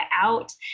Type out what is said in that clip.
out